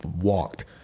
walked